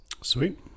sweet